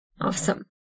Awesome